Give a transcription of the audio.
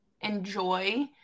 enjoy